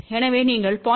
எனவே நீங்கள் 0